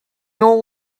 know